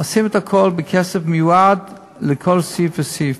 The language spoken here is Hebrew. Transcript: עושים את הכול בכסף, שמיועד לכל סעיף וסעיף.